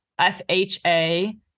fha